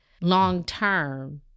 long-term